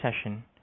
session